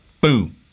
Boom